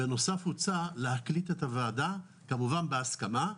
בנוסף הוצע להקליט את הוועדה, כמובן בהסכמה.